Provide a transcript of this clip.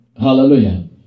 Hallelujah